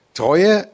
treue